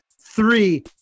three